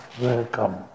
welcome